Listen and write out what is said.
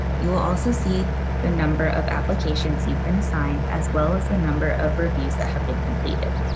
you will also see the number of applications you've been assigned, as well as the number of reviews that have been completed.